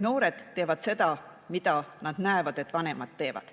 noored teevad seda, mida nad näevad, et vanemad teevad.